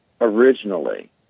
originally